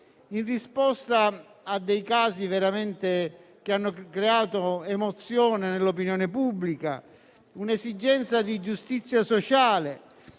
in risposta a dei casi che hanno veramente creato emozione nell'opinione pubblica e un'esigenza di giustizia sociale.